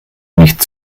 nicht